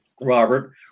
Robert